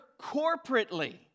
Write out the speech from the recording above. corporately